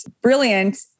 brilliant